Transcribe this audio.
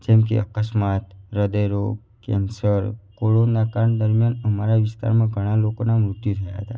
જેમ કે અકસ્માત હૃદય રોગ કેન્સર કોરોના કાળ દરિમયાન અમારા વિસ્તારમાં ઘણા લોકોનાં મૃત્યુ થયાં હતાં